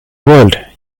world